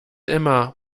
immer